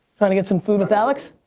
trying to get some food with alex?